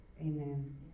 Amen